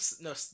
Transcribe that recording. no